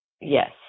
Yes